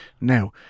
Now